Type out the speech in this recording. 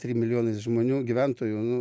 trim milijonais žmonių gyventojų nu